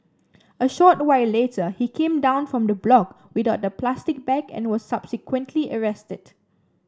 a short while later he came down from the block without the plastic bag and was subsequently arrested